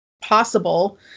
possible